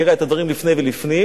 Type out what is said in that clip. ומכירה את הדברים לפני ולפנים,